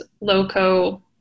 Loco